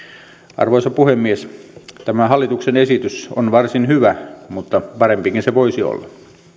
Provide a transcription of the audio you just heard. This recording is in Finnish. arvoisa puhemies tämä hallituksen esitys on varsin hyvä mutta parempikin se voisi olla